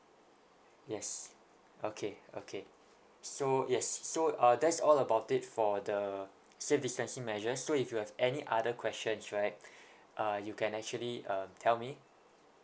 yes okay okay so yes so uh that's all about it for the safe distancing measures so if you have any other questions right uh you can actually um tell me